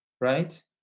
right